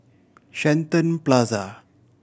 Shenton Plaza